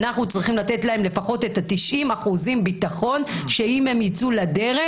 אנחנו צריכים לתת להם לפחות את ה-90% ביטחון שאם הם יצאו לדרך,